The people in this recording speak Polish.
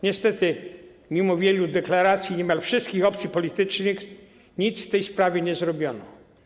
Niestety, mimo wielu deklaracji niemal wszystkich opcji politycznych nic w tej sprawie nie zrobiono.